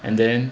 and then